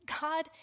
God